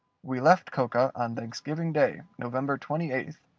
we left coca on thanksgiving day, november twenty eighth,